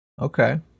Okay